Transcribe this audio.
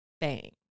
bang